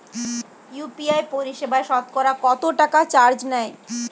UPI পরিসেবায় সতকরা কতটাকা চার্জ নেয়?